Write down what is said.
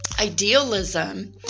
idealism